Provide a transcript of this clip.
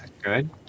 good